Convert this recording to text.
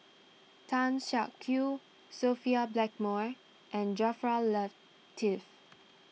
Tan Siak Kew Sophia Blackmore and Jaafar Latiff